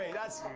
ah that's